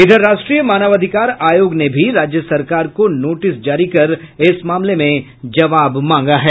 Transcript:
इधर राष्ट्रीय मानवाधिकार आयोग ने भी राज्य सरकार को नोटिस जारी कर इस मामले में जवाब मांगा है